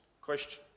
Question